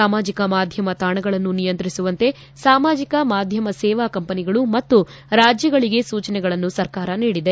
ಸಾಮಾಜಿಕ ಮಾಧ್ಯಮ ತಾಣಗಳನ್ನು ನಿಯಂತ್ರಿಸುವಂತೆ ಸಾಮಾಜಿಕ ಮಾಧ್ಯಮ ಸೇವಾ ಕಂಪನಿಗಳು ಮತ್ತು ರಾಜ್ಯಗಳಿಗೆ ಸೂಚನೆಗಳನ್ನು ಸರ್ಕಾರ ನೀಡಿದೆ